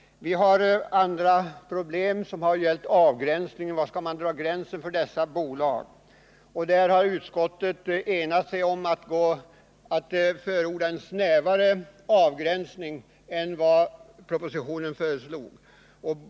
Vi har också haft problem som har gällt avgränsningen. Var skulle gränsen dras för dessa bolag? Där har man i utskottet enats om att förorda en snävare avgränsning än vad som föreslogs i propositionen.